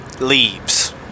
leaves